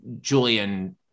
Julian